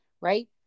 right